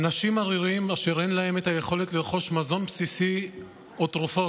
אנשים עריריים אשר אין להם יכולת לרכוש מזון בסיסי או תרופות.